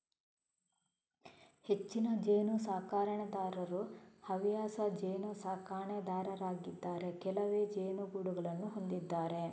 ಹೆಚ್ಚಿನ ಜೇನು ಸಾಕಣೆದಾರರು ಹವ್ಯಾಸ ಜೇನು ಸಾಕಣೆದಾರರಾಗಿದ್ದಾರೆ ಕೆಲವೇ ಜೇನುಗೂಡುಗಳನ್ನು ಹೊಂದಿದ್ದಾರೆ